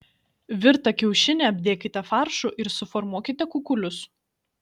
virtą kiaušinį apdėkite faršu ir suformuokite kukulius